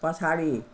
पछाडि